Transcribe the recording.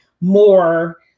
more